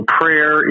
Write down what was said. prayer